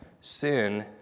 Sin